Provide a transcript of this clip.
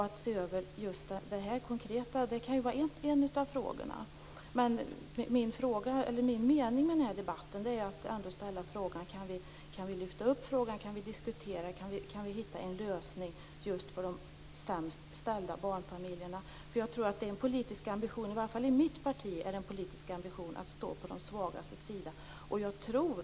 Att se över just det här konkreta systemet kan vara en av frågorna. Min mening med den här debatten är att ställa frågan: Kan vi lyfta upp frågan, kan vi diskutera den och hitta en lösning just för de sämst ställda barnfamiljerna? Det är nämligen en politisk ambition, i alla fall i mitt parti, att stå på de svagaste gruppernas sida.